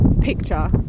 picture